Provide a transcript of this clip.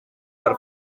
per